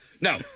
No